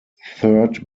third